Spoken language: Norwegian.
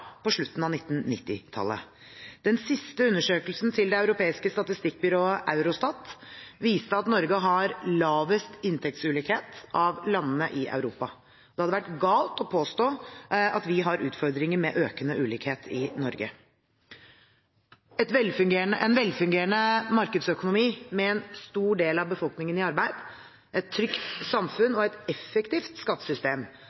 på slutten av 1990-tallet. Den siste undersøkelsen til det europeiske statistikkbyrået Eurostat viste at Norge har lavest inntektsulikhet av landene i Europa. Det hadde vært galt å påstå at vi har utfordringer med økende ulikhet i Norge. En velfungerende markedsøkonomi med en stor del av befolkningen i arbeid, et trygt